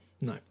No